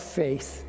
faith